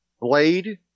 Blade